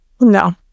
No